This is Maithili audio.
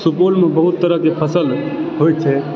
सुपौलमे बहुत तरहके फसल होइ छै